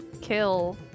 kill